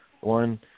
One